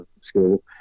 school